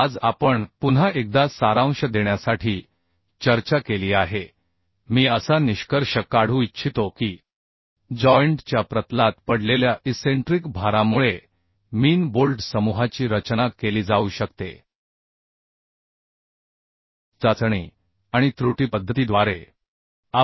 तर आज आपण पुन्हा एकदा सारांश देण्यासाठी चर्चा केली आहे मी असा निष्कर्ष काढू इच्छितो की जॉइंट च्या प्रतलात पडलेल्या इसेंट्रिक भारामुळे मीन बोल्ट समूहाची रचना चाचणी आणि त्रुटी पद्धतीद्वारे केली जाऊ शकते